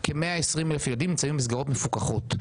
כ-120,000 ילדים נמצאים במסגרות מפוקחות.